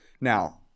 Now